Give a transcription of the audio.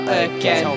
again